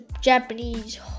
Japanese